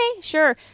sure